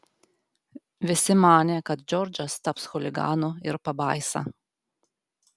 visi manė kad džordžas taps chuliganu ir pabaisa